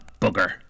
booger